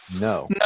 No